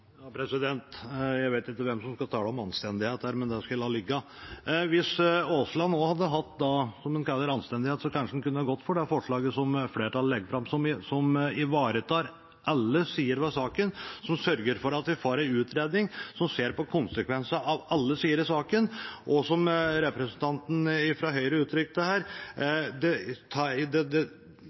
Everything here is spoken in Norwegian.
Jeg vet ikke hvem som skal snakke om anstendighet her, men det skal jeg la ligge. Hvis representanten Aasland hadde hatt det han kaller «anstendighet», kunne han kanskje ha gått for det forslaget som flertallet legger fram, som ivaretar alle sider ved saken, og som sørger for at vi får en utredning som ser på konsekvensene av alle sider i saken. Og som representanten fra Høyre uttrykte det her: Det